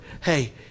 Hey